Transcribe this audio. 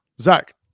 Zach